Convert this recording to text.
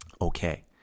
Okay